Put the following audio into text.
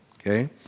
okay